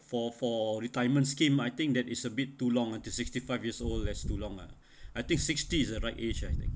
for for retirement scheme I think that is a bit too long until sixty five years old is too long ah I think sixty is the right age I think